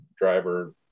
driver